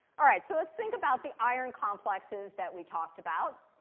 all right, so let's think about the iron complexes that we talked about.